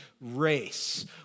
race